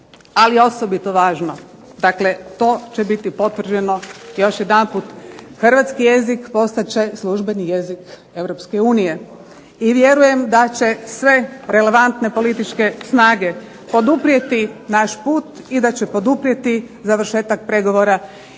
je osobito važno. Dakle, to će biti potvrđeno. Još jedanput hrvatski jezik postat će službeni jezik Europske unije. I vjerujem da će sve relevantne političke snage poduprijeti naš put i da će poduprijeti završetak pregovora i